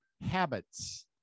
habits